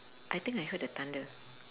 I think I heard a thunder